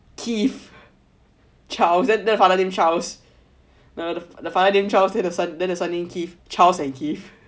keith charles then the father name charles the father name charles then the son name keith charles and keith